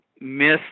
miss